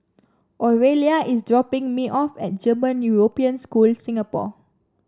Orelia is dropping me off at German European School Singapore